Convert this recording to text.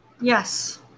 Yes